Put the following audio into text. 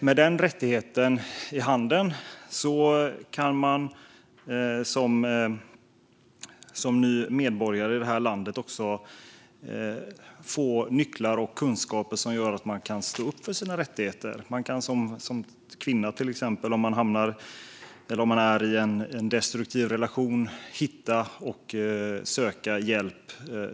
Med den rättigheten i handen kan man som ny medborgare i det här landet också få nycklar till och kunskaper för att stå upp för sina rättigheter. Till exempel kan en kvinna som är i en destruktiv relation söka och hitta hjälp.